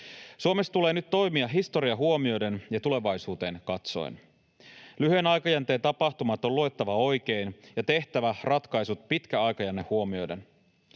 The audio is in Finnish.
Suomessa tulee nyt toimia historia huomioiden ja tulevaisuuteen katsoen. Lyhyen aikajänteen tapahtumat on luettava oikein ja tehtävä ratkaisut pitkä aikajänne huomioiden.